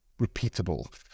repeatable